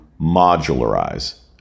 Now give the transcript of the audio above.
modularize